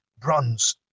bronze